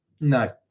No